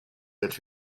that